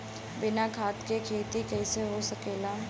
बिना खाद के खेती कइसे हो सकेला?